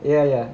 ya ya